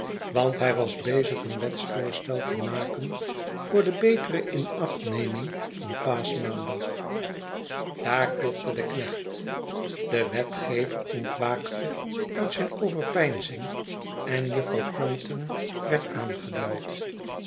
want hij was bezig een wetsvoorstel te maken voor de betere inachtneming van paasch maandag daar klopte de knecht de wetgever ontwaakte uit zijn overpeinzing en juffrouw crumpton werd aangediend